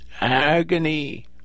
Agony